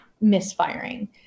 misfiring